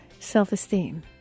self-esteem